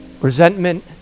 resentment